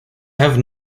have